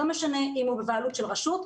לא משנה אם הוא בבעלות של רשות,